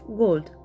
gold